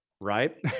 Right